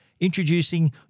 Introducing